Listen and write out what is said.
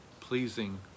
pleasing